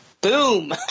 boom